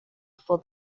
for